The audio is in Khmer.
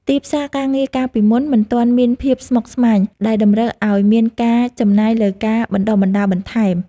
ទីផ្សារការងារកាលពីមុនមិនទាន់មានភាពស្មុគស្មាញដែលតម្រូវឱ្យមានការចំណាយលើការបណ្ដុះបណ្ដាលបន្ថែម។